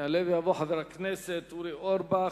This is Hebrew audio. יעלה ויבוא חבר הכנסת אורי אורבך.